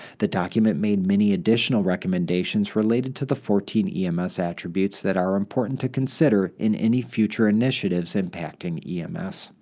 the document made many additional recommendations related to the fourteen ems attributes that are important to consider in any future initiatives impacting ems.